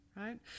right